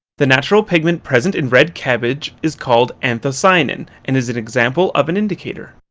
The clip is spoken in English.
the natural pigment present in red cabbage is called anthocyanin and is an example up an indicator.